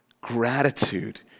gratitude